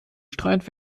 streit